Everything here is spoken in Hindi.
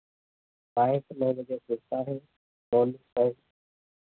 बैंक नहीं न दे सकता है लोन पर